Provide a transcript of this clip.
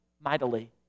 mightily